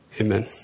Amen